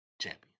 champion